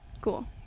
Cool